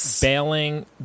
bailing